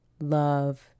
love